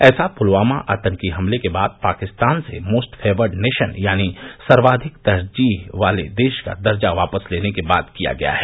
ऐसा पुलवामा आतंकवादी हमले के बाद पाकिस्तान से मोस्ट फ़ेवर्ड नेशन यानि सर्वाधिक तरजीह वाले देश का दर्जा वापस लेने के बाद किया गया है